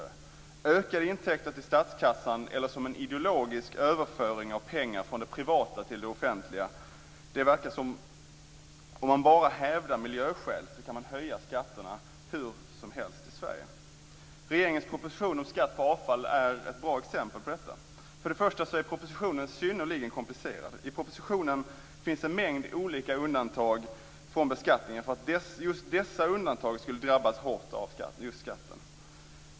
De skall ge ökade intäkter till statskassan eller fungera som en ideologisk överföring av pengar från det privata till det offentliga. Bara man hävdar att det finns miljöskäl verkar det som om man kan höja skatterna hur som helst i Sverige. Regeringens proposition om skatt på avfall är ett bra exempel på detta. För det första är propositionen synnerligen komplicerad. Den innehåller en mängd olika undantag från reglerna om beskattning därför att dessa områden annars skulle drabbas hårt av skatten.